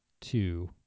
two